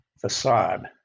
facade